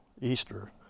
Easter